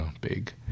big